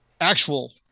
actual